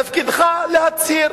תפקידך להצהיר.